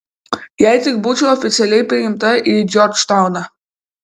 jei tik būčiau oficialiai priimta į džordžtauną